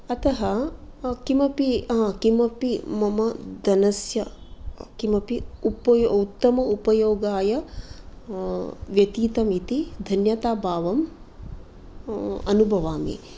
अतः किमपि किमपि मम धनस्य किमपि उप उत्तम उपयोगाय व्यतीतम् इति धन्यताभावम् अनुभवामि